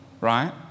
Right